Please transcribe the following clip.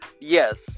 yes